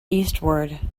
eastward